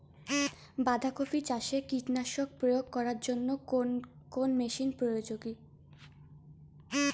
বাঁধা কপি চাষে কীটনাশক প্রয়োগ করার জন্য কোন মেশিন উপযোগী?